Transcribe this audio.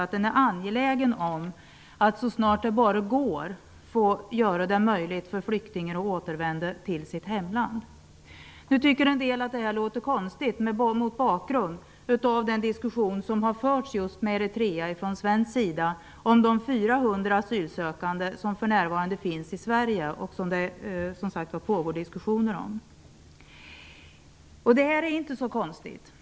Man är angelägen om att så snart det bara går göra det möjligt för flyktingar att återvända till sitt hemland. En del tycker att detta låter konstigt mot bakgrund av den diskussion som har förts med Eritrea från svensk sida om de 400 asylsökande som för närvarande finns i Sverige och som det som sagt pågår diskussioner om. Det är inte så konstigt.